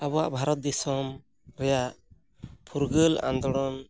ᱟᱵᱚᱣᱟᱜ ᱵᱷᱟᱨᱚᱛ ᱫᱤᱥᱚᱢ ᱨᱮᱭᱟᱜ ᱯᱷᱩᱨᱜᱟᱹᱞ ᱟᱱᱫᱳᱞᱚᱱ